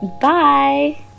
Bye